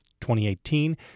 2018